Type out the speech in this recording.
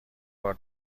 بار